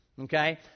Okay